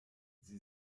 sie